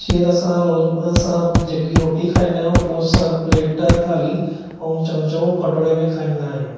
जीअं त असां असां जेकि रोटी खाइंदा आहियूं उह असां प्लेट थाली ऐं चमिचो ऐं कटोरे में खाइंदा आहियूं